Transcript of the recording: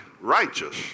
righteous